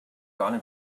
gonna